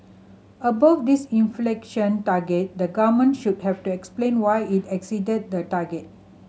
above this inflation target the government should have to explain why it exceeded the target